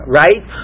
right